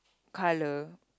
colour